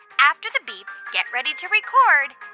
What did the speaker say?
after the beep, get ready to record